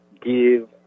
give